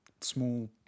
small